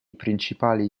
principali